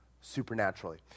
supernaturally